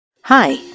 Hi